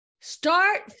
Start